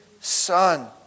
Son